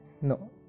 No